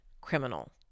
Criminal